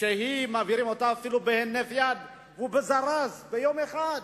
שמעבירים אותה אפילו בהינף יד ובמזורז, ביום אחד.